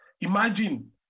Imagine